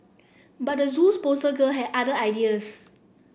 but the Zoo's poster girl had other ideas